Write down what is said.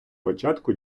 початку